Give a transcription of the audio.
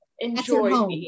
Enjoy